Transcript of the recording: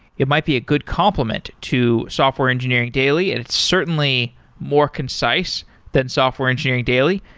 it might be a good complement to software engineering daily and it's certainly more concise than software engineering daily.